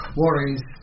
worries